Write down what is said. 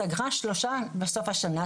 היא סגרה שלושה בסוף השנה,